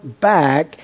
back